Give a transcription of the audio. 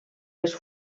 les